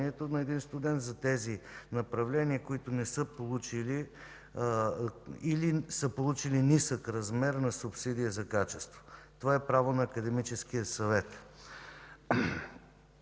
на един студент за тези направления, които не са получили, или са получили нисък размер на субсидия за качество. Това е право на Академическия съвет.